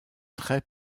très